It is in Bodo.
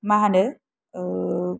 माहोनो